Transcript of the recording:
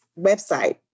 website